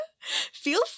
feel